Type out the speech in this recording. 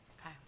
Okay